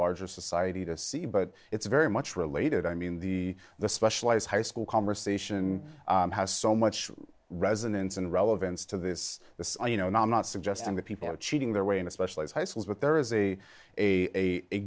larger society to see but it's very much related i mean the the specialized high school conversation has so much resonance and relevance to this this you know and i'm not suggesting that people are cheating their way in especially high schools but there is a a